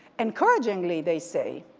encouragingly they say,